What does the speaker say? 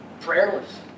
prayerless